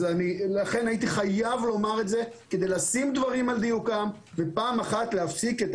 הייתי חייב לומר את זה כדי לשים דברים על דיוקם ופעם אחת להפסיק את